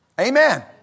Amen